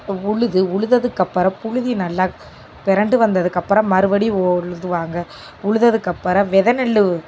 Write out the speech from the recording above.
உழுது உழுததுக்கப்புறம் புழுதி நல்லா பெரண்டு வந்ததுக்கப்புறம் மறுபடி உழுவாங்க உழுததுக்கப்புறம் வெதை நெல்